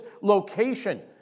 location